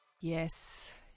Yes